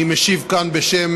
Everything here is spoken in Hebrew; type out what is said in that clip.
אני משיב כאן, בשם